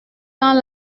dans